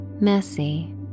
Messy